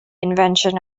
invention